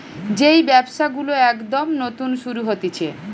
যেই ব্যবসা গুলো একদম নতুন শুরু হতিছে